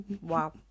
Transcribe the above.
Wow